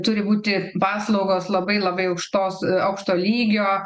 turi būti paslaugos labai labai aukštos aukšto lygio